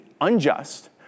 unjust